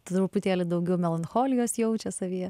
truputėlį daugiau melancholijos jaučia savyje